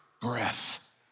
breath